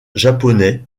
japonais